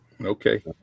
Okay